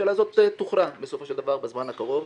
השאלה הזאת תוכרע בסופו של דבר בזמן הקרוב.